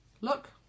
Look